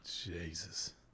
Jesus